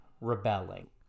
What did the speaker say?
rebelling